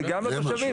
וגם לתושבים.